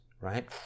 right